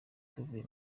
tuvuye